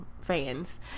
fans